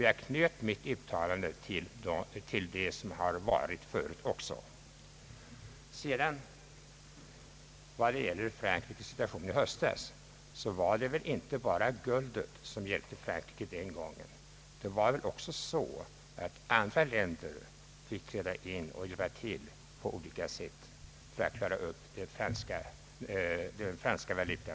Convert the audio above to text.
Jag anknöt nämligen mitt yttrande också till det som gjorts tidigare. Vad sedan beträffar Frankrikes situation i höstas var detinte bara guldet som hjälpte Frankrike den gången. Det var också andra länder som fick träda in och hjälpa till på olika sätt för att klara upp den franska valutans värde i förhållande till andra valutor.